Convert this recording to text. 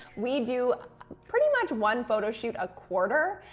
we do pretty much one photo shoot a quarter,